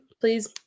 please